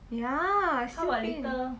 ya still pain